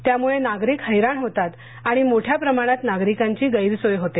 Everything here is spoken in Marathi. त्यामुळेनागरिक हैराण होतात आणि मोठ्या प्रमाणात नागरिकांची गैरसोय होते